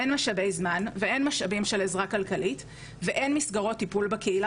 אין משאבי זמן ואין משאבים של עזרה כלכלית ואין מסגרות טיפול בקהילה